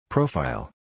Profile